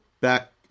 back